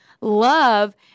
love